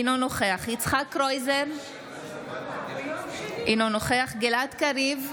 אינו נוכח יצחק קרויזר, אינו נוכח גלעד קריב,